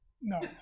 No